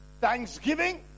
Thanksgiving